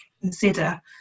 consider